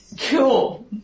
Cool